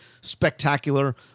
spectacular